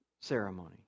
ceremony